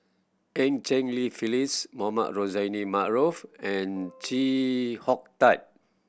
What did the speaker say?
Eu Cheng Li Phyllis Mohamed Rozani Maarof and Chee Hong Tat